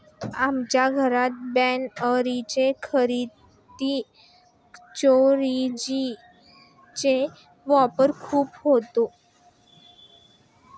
आमच्या घरात बनणाऱ्या खिरीत चिरौंजी चा वापर खूप होतो